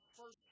first